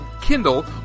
Kindle